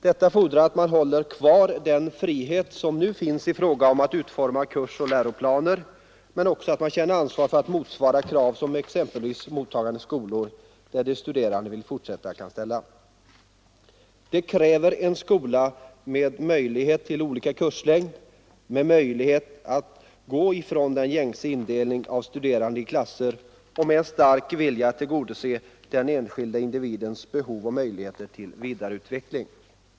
Detta fordrar att man håller kvar den frihet som nu finns i fråga om att utforma kursoch läroplaner men också att man känner ansvar för att motsvara krav som kan ställas av exempelvis mottagande skolor, där de studerande vill fortsätta. Det kräver en skola med möjlighet till olika kurslängd, med möjlighet att gå ifrån den gängse indelningen av studerande i klasser och med en stark vilja att tillgodose den enskilda individens behov och möjligheter till vidareutveckling.